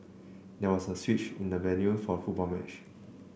there was a switch in the venue for the football match